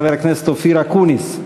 חבר הכנסת אופיר אקוניס,